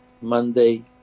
Monday